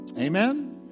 Amen